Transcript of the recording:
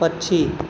पक्षी